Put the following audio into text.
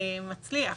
חושבת